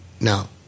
Now